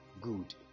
good